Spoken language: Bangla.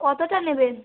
কতোটা নেবেন